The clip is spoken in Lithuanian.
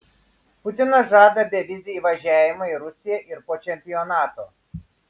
putinas žada bevizį įvažiavimą į rusiją ir po čempionato